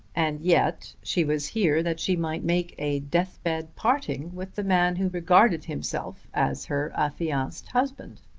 and yet she was here that she might make a deathbed parting with the man who regarded himself as her affianced husband.